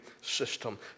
system